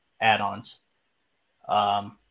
add-ons